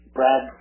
Brad